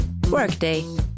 Workday –